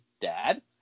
Dad